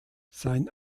sein